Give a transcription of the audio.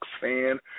fan